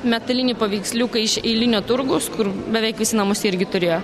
metalinį paveiksliuką iš eilinio turgaus kur beveik visi namuose irgi turėjo